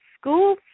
school